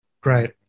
Great